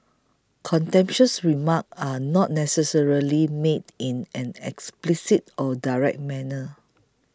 contemptuous remarks are not necessarily made in an explicit or direct manner